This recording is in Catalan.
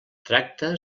tracta